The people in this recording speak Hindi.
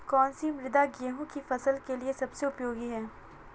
कौन सी मृदा गेहूँ की फसल के लिए सबसे उपयोगी है?